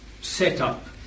setup